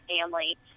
family